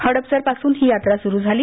हडपसरपासून ही यात्रा सुरू झाली